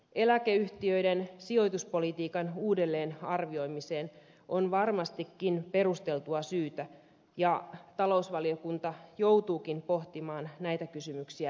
eläkeyhtiöiden sijoituspolitiikan uudelleenarvioimiseen on varmastikin perusteltua syytä ja talousvaliokunta joutuukin pohtimaan näitä kysymyksiä lähiaikoina